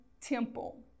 temple